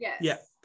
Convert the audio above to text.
yes